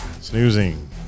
Snoozing